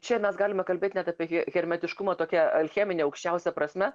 čia mes galime kalbėt net apie hermetiškumą tokia alchemine aukščiausia prasme